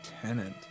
Tenant